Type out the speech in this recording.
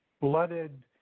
blooded